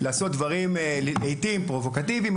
לעשות דברים לעיתים פרובוקטיביים,